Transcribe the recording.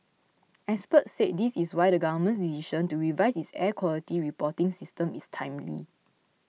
experts said this is why the Government's decision to revise its air quality reporting system is timely